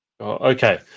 Okay